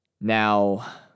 Now